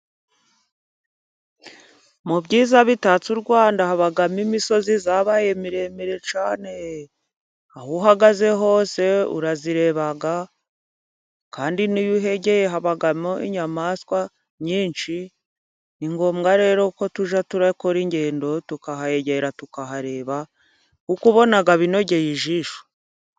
Mu byiza bitatse u Rwanda habamo imisozi yabaye miremire cyane, aho uhagaze hose urayireba kandi n'iyo uhegereye habamo n'inyamaswa nyinshi. Ni ngombwa rero ko tujya dukora ingendo tukahegera tukahareba kuko ubona binogeye ijisho.